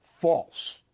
False